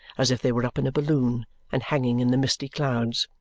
as if they were up in a balloon and hanging in the misty clouds.